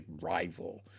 rival